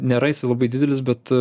nėra jisai labai didelis bet